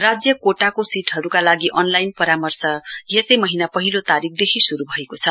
राज्य कोटाका सीटहरूको अनलाइन परामर्श यसै महीना पहिलो तारीकदेखि शुरू भएको छ